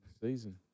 season